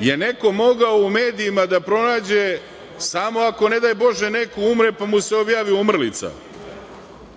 je neko mogao u medijima da pronađe samo ako, ne daj bože, neko umre, pa mu se objavi umrlica,